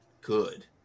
good